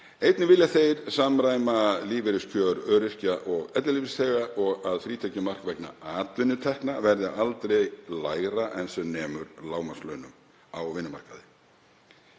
Einnig vilja þeir samræma lífeyriskjör öryrkja og ellilífeyrisþega og að frítekjumark vegna atvinnutekna verði aldrei lægra en sem nemur lágmarkslaunum á vinnumarkaði.